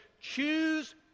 Choose